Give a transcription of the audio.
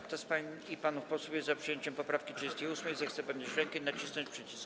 Kto z pań i panów posłów jest za przyjęciem poprawki 38., zechce podnieść rękę i nacisnąć przycisk.